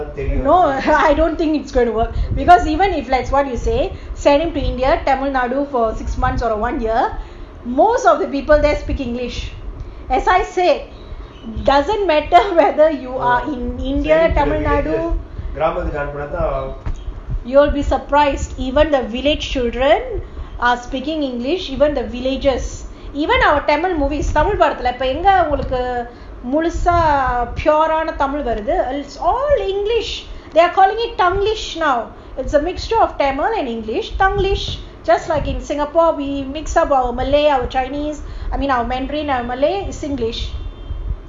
no I don't think it's going to work because even if let's what you say staying in india Tamil Nadu for six months or one year most of the people there speak english as I said doesn't matter if you are in india tamanadu you will surprised even the village children are speaking english even the villagers even our tamil movies வருது:varuthu is all english they are calling it tanglish now it's a mixture of tamil and english tanglish just like in singapore we mix up our malay our chinese I mean our mandarin our malay singlish